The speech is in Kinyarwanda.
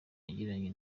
yagiranye